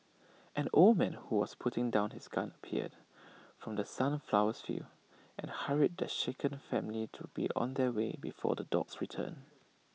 an old man who was putting down his gun appeared from the sunflower fields and hurried the shaken family to be on their way before the dogs return